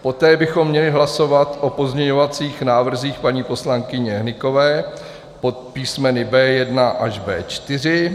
Poté bychom měli hlasovat o pozměňovacích návrzích paní poslankyně Hnykové pod písmeny B1 až B4.